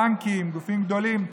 בנקים, גופים גדולים.